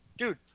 Dude